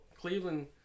Cleveland